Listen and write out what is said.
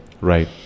Right